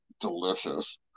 delicious